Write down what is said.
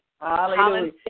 Hallelujah